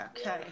okay